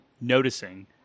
noticing